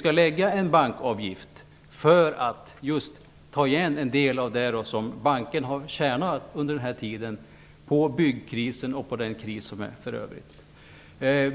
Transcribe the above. föreslagit en bankavgift för att ta igen en del av det som bankerna har tjänat på byggkrisen och den övriga krisen under den här tiden.